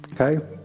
Okay